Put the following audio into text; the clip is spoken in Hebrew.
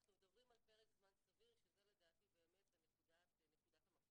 אנחנו מדברים על פרק זמן סביר שזו לדעתי באמת נקודת המפתח.